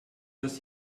das